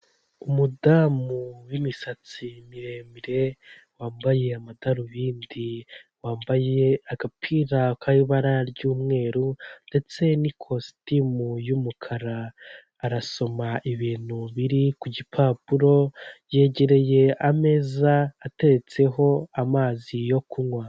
Umudamu w'imisatsi miremire, wambaye amadarubindi, wambaye agapira k'ibara ry'umweru, ndetse n'ikositimu y'umukara. Arasoma ibintu biri ku gipapuro, yegereye ameza ateretseho amazi yo kunywa.